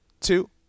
two